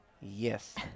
Yes